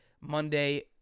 Monday